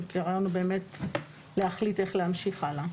הרעיון הוא להחליט איך להמשיך הלאה.